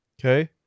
Okay